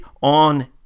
on